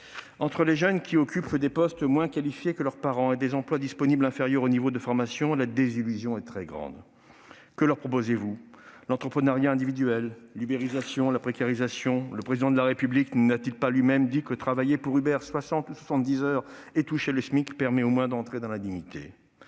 Entre les jeunes qui occupent des postes moins qualifiés que leurs parents et des emplois disponibles inférieurs au niveau de formation, la désillusion est très grande. Que leur proposez-vous ? L'entrepreneuriat individuel, l'ubérisation, la précarisation ... Le Président de la République n'a-t-il pas dit lui-même que travailler pour Uber soixante ou soixante-dix heures en touchant le SMIC permettait au moins d'entrer dans la dignité ?